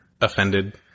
offended